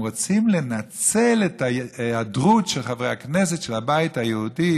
רוצים לנצל את ההיעדרות של חברי הכנסת של הבית היהודי,